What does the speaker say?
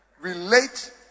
Relate